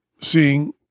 seeing